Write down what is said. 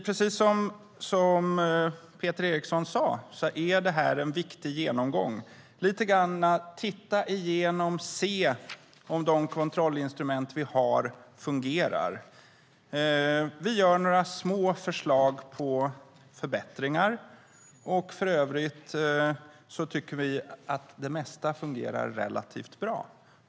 Precis som Peter Eriksson sade är det här en viktig genomgång, lite grann att titta igenom och se om de kontrollinstrument vi har fungerar. Vi har förslag på några små förbättringar. För övrigt tycker vi att det mesta fungerar relativt bra.